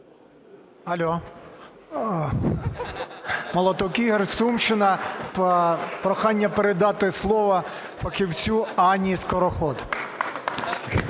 І.Ф. Молоток Ігор, Сумщина. Прохання передати слово фахівцю Анні Скороход.